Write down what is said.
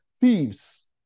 thieves